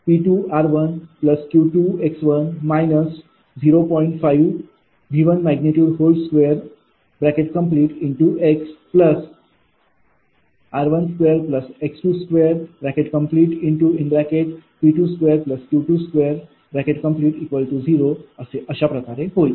5V2𝑥r2x2P2Q20 अशाप्रकारे होईल